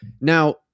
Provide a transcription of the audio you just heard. Now